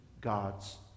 God's